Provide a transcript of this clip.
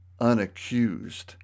unaccused